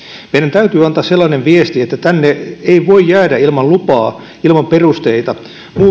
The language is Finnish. täytyy antaa sellainen viesti että tänne ei voi jäädä ilman lupaa ilman perusteita